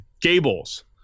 Gables